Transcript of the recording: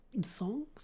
songs